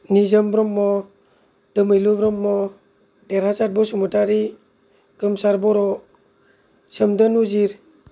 निजोम ब्रह्म दोमैलु ब्रह्म देरहासार बसुमातारि गोमसार बर' सोमदोन उजिर